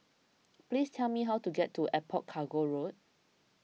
please tell me how to get to Airport Cargo Road